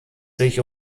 sich